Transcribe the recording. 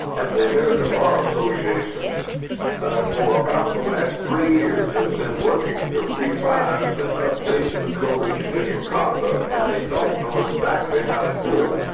and the american bar association ah for about the last three years, has been working to revise and update the code of judicial conduct and they don't know exactly how to do it,